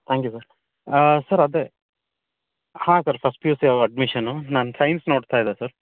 thank you sir sir ಅದೇ ಹಾಂ sir first P U C admission ನಾನು science ನೋಡ್ತಾ ಇದ್ದೆ ಸರ್